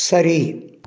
சரி